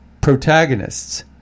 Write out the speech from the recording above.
protagonists